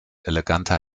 eleganter